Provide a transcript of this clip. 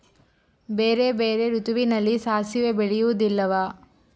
ಬೇರೆ ಬೇರೆ ಋತುವಿನಲ್ಲಿ ಸಾಸಿವೆ ಬೆಳೆಯುವುದಿಲ್ಲವಾ?